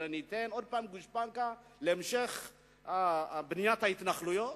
אני אתן עוד הפעם גושפנקה להמשך בניית ההתנחלויות?